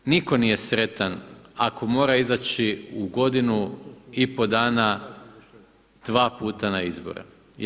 Nitko nije sretan ako mora izaći u godinu i po dana dva puta na izbore.